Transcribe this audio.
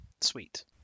sweet